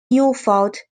ilford